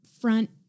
front